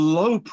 low